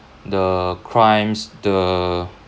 the crimes the